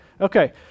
Okay